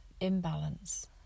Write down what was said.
imbalance